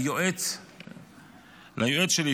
ליועץ שלי,